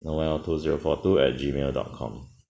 noel two zero four two at G mail dot com